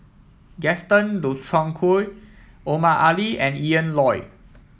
Gaston Dutronquoy Omar Ali and Ian Loy